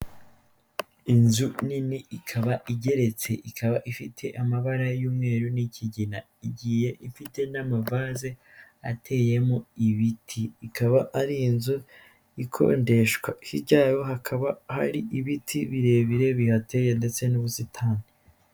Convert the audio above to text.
Inzu nini ikaba igeretse, ikaba ifite amabara y'umweru n'ikigina, igiye ifite n'amavase ateyemo ibiti, ikaba ari inzu ikodeshwa hirya yayo hakaba hari ibiti birebire bihateye ndetse n'ubusitani.